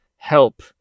help